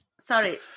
Sorry